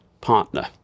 partner